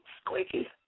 squeaky